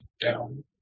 down